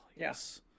yes